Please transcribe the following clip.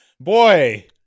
Boy